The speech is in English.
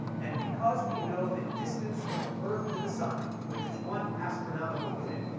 and because we know the distance from the earth to the sun, which is one astronomical unit,